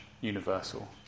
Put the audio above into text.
universal